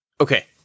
okay